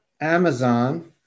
Amazon